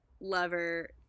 Lover